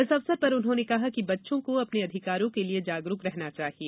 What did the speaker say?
इस अवसर पर उन्होंने कहा कि बच्चों को अपने अधिकारों के लिए जागरूक रहना चाहिए